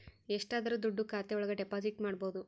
ಎಷ್ಟಾದರೂ ದುಡ್ಡು ಖಾತೆ ಒಳಗ ಡೆಪಾಸಿಟ್ ಮಾಡ್ಬೋದು